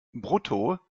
brutto